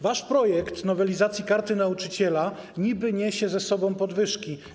Wasz projekt nowelizacji Karty Nauczyciela niby niesie za sobą podwyżki.